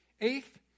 Eighth